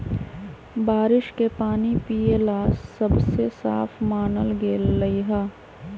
बारिश के पानी पिये ला सबसे साफ मानल गेलई ह